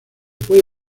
puede